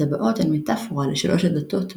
הטבעות הן מטפורה לשלוש הדתות,